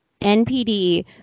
NPD